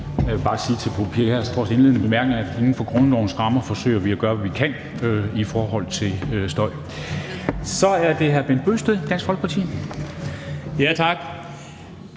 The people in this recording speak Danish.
indledende bemærkninger, at inden for grundlovens rammer forsøger vi at gøre, hvad vi kan i forhold til støj. Så er det hr. Bent Bøgsted, Dansk Folkeparti. Kl.